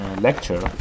lecture